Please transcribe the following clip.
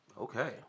Okay